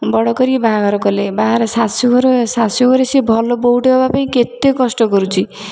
ବଡ଼ କରି ବାହାଘର କଲେ ବାହାର ଶାଶୁଘର ଶାଶୁଘରେ ସିଏ ଭଲ ବୋହୂଟେ ହେବା ପାଇଁ କେତେ କଷ୍ଟ କରୁଛି